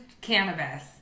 cannabis